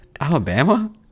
Alabama